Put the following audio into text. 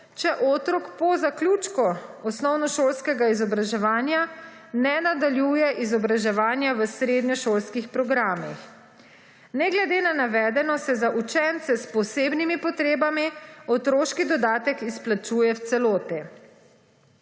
če otrok po zaključku osnovnošolskega izobraževanja ne nadaljuje izobraževanje v srednješolskih programih. Ne glede na navedeno se za učence s posebnimi potrebami otroški dodatek izplačuje v celoti.